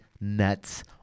nuts